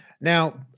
Now